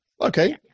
Okay